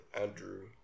Andrew